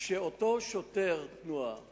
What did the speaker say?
כשאותו שוטר תנועה